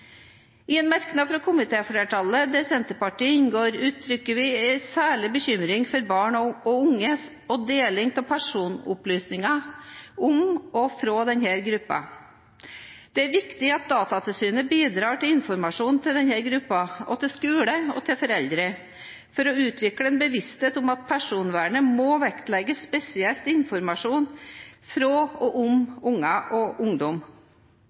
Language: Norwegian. I en merknad fra komitéflertallet der Senterpartiet inngår, uttrykker vi en særlig bekymring for barn og unge og deling av personopplysninger om og fra denne gruppen. Det er viktig at Datatilsynet bidrar til informasjon til denne gruppen, og til skolen og foreldrene, for å utvikle en bevissthet om at personvernet må vektlegges spesielt i informasjon fra og om barn og